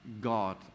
God